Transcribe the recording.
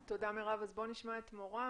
תודה מרב, בואי נשמע את מורן.